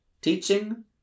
Teaching